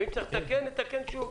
ואם צריך לתקן, נתקן שוב.